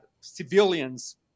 civilians